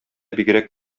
бигрәк